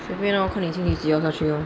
随便 lor 看你清理这么样在说 lor